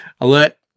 alert